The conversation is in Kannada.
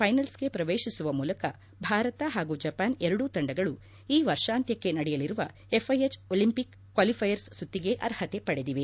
ೈನಲ್ಸ್ಗೆ ಪ್ರವೇತಿಸುವ ಮೂಲಕ ಭಾರತ ಹಾಗೂ ಜಪಾನ್ ಎರಡೂ ತಂಡಗಳು ಈ ವರ್ಷಾಂತ್ಲಕ್ಷೆ ನಡೆಯಲಿರುವ ಎಫ್ ಐಎಚ್ ಒಲಿಂಪಿಕ್ ಕ್ವಾಲಿಫಯರ್ ಸುತ್ತಿಗೆ ಅರ್ಪತೆ ಪಡೆದಿದೆ